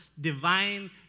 divine